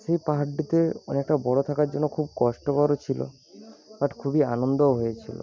সেই পাহাড়টিতে অনেকটা বড় থাকার জন্য খুব কষ্টকরও ছিল বাট খুবই আনন্দও হয়েছিল